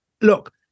look